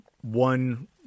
one